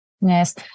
Yes